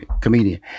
comedian